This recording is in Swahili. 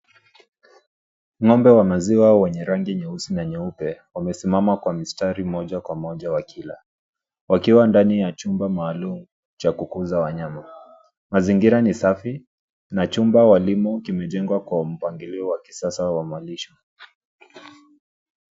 Ng'ombe wa maziwa wenye rangi nyeusi na nyeupe, wamesimama kwa mstari moja kwa moja wakila. Wakiwa ndani ya chumba maalum cha kukuza wanyama. Mazingira ni safi na na chumba walimo kimejengwa kwa mpangilio wa kisasa wa malisho.